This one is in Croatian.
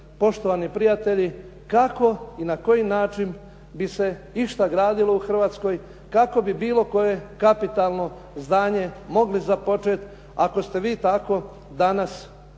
poštovani prijatelji kako i na koji način bi se išta gradilo u Hrvatskoj kako bi bilo koje kapitalno zadanje mogli započeti ako ste vi tako danas